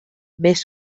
més